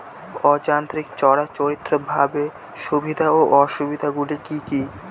অযান্ত্রিক চিরাচরিতভাবে সুবিধা ও অসুবিধা গুলি কি কি?